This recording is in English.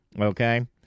Okay